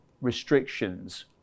restrictions